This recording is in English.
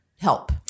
help